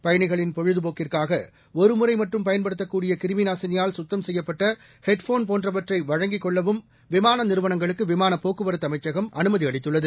பயனிகளின் பொழுதபோக்கிற்காக ஒருமுறை மட்டும் பயன்படுத்தக்கூடிய கிருமி நாசினியால் கத்தம் செய்யப்பட்ட ஹெட்ஃபோன் போன்றவற்றை வழங்கிக் கொள்ளவும் விமான நிறுவனங்களுக்கு விமான போக்குவரத்து அமைச்சகம் அனுமதி அளித்துள்ளது